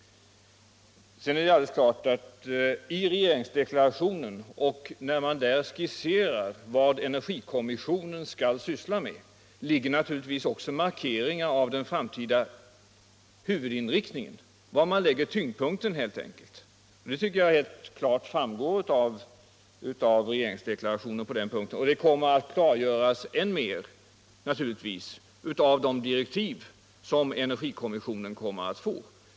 I regeringsdeklarationen skisseras vad energikommissionen skall syssla med. Däri ligger naturligtvis också en markering av den framtida huvudinriktningen, alltså var man lägger tyngdpunkten. Det tycker jag klart framgår av regeringsdeklarationen, och det kommer att klargöras än mer i de direktiv som energikommissionen skall få.